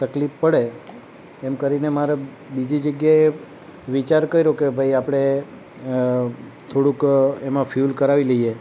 તકલીફ પડે એમ કરીને મારે બીજી જગ્યાએ વિચાર કર્યો કે ભાઈ આપણે થોડુંક એમાં ફ્યુલ કરાવી લઈએ